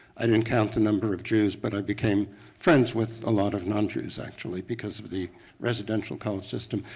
i didn't count the number of jews, but i became friends with a lot of non-jews actually because of the residential college system.